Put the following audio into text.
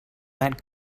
that